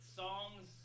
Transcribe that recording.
songs